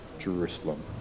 Jerusalem